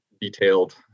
detailed